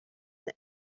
that